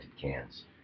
cans